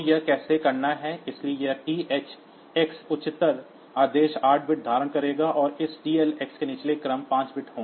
तो यह कैसे करना है इसलिए यह THx उच्चतर आदेश 8 बिट्स धारण करेगा और इस TLx में निचले क्रम 5 बिट्स होंगे